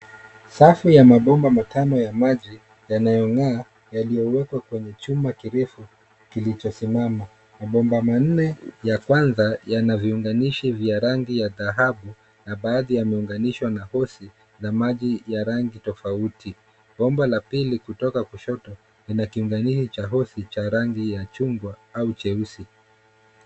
Safu ya mabomba matano ya maji yaliyowekwa kwenye fremu ya chuma inayosimama wima. Mabomba manne ya kwanza yana viunganishi vya rangi ya dhahabu, na baadhi yao yameunganishwa na hosi zenye maji ya rangi tofauti. Bomba la pili kutoka kushoto lina kiunganishi cha hosi cha rangi ya machungwa au cheusi.